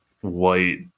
white